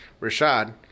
Rashad